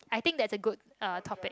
I think that's a good uh topic